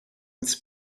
petit